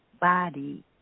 body